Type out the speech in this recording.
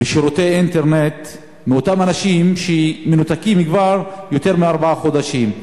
של שירותי אינטרנט מאותם אנשים שמנותקים כבר יותר מארבעה חודשים.